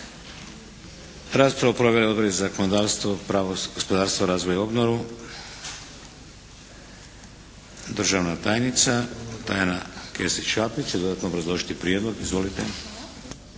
Raspravu je proveo Odbor za zakonodavstvo, gospodarstvo, razvoj i obnovu. Državna tajnica Tajana Kesić Šapić će dodatno obrazložiti prijedlog. Izvolite!